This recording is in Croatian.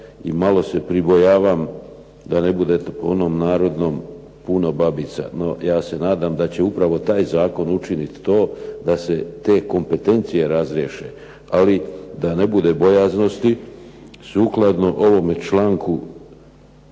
I malo se pribojavam da ne bude po onoj narodnoj "Puno babica". No ja se nadam da će upravo taj zakon učiniti to da se te kompetencije razriješe. Ali da ne bude bojaznosti sukladno ovome članku